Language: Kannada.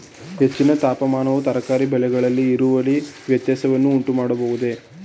ಹೆಚ್ಚಿನ ತಾಪಮಾನವು ತರಕಾರಿ ಬೆಳೆಗಳಲ್ಲಿ ಇಳುವರಿ ವ್ಯತ್ಯಾಸವನ್ನು ಉಂಟುಮಾಡಬಹುದೇ?